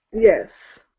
yes